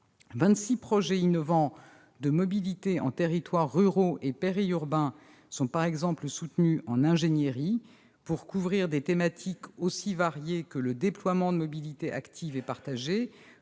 projets innovants de mobilité en territoires ruraux et périurbains sont par exemple soutenus en ingénierie pour couvrir des thématiques aussi variées que le déploiement de mobilité active et partagée,